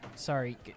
Sorry